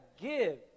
give